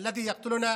אשר רוצח אותנו